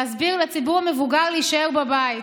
להסביר לציבור המבוגר שיישאר בבית.